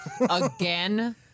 Again